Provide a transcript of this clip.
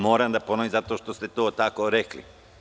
Moram da ponovim zato što ste to tako rekli.